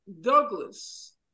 douglas